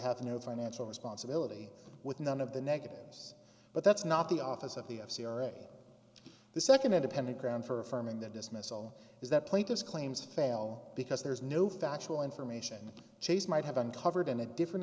have no financial responsibility with none of the negatives but that's not the office of the c r a the second independent ground for firming the dismissal is that plaintiff's claims fail because there is no factual information chase might have uncovered in a different